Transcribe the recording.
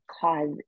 cause